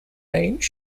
range